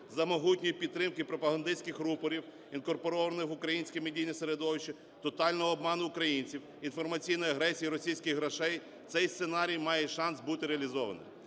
За могутньої підтримки пропагандистських рупорів, інкорпорованих в українське медійне середовище, тотального обману українців, інформаційної агресії російських грошей цей сценарій має шанс бути реалізованим.